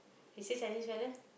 he say Chinese fellow